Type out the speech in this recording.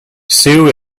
sue